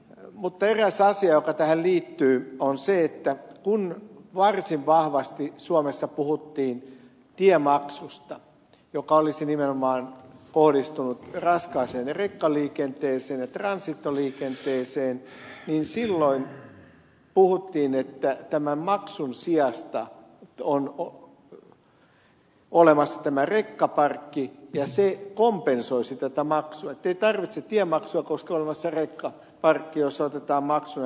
mutta eräs asia joka tähän liittyy on se että kun varsin vahvasti suomessa puhuttiin tiemaksusta joka olisi nimenomaan kohdistunut raskaaseen rekkaliikenteeseen ja transitoliikenteeseen niin silloin puhuttiin että tämän maksun sijasta on olemassa tämä rekkaparkki ja se kompensoisi tätä maksua ettei tarvitse tiemaksua koska on olemassa rekkaparkki jossa otetaan maksu näiltä venäläisiltä rekoilta